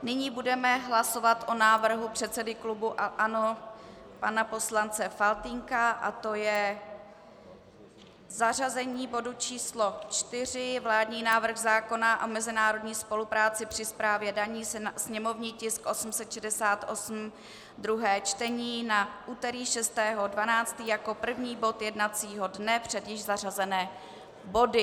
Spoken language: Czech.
Nyní budeme hlasovat o návrhu předsedy klubu ANO pana poslance Faltýnka a to je zařazení bodu číslo 4, vládní návrh zákona o mezinárodní spolupráci při správě daní, sněmovní tisk 868, druhé čtení, na úterý 6. 12. jako první bod jednacího dne před již zařazené body.